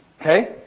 Okay